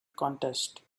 contest